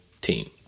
team